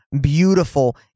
beautiful